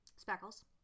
speckles